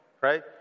right